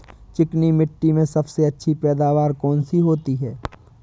चिकनी मिट्टी में सबसे अच्छी पैदावार कौन सी होती हैं?